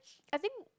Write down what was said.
I think